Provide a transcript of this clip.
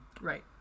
right